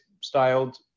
styled